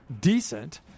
decent